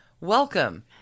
Welcome